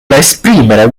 esprimere